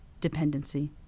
dependency